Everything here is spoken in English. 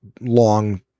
long